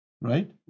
Right